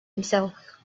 himself